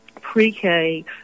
pre-K